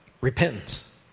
Repentance